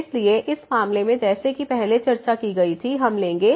इसलिए इस मामले में जैसा कि पहले चर्चा की गई थी हम लेंगे